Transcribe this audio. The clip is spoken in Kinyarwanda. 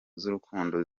z’urukundo